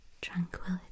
tranquility